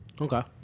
Okay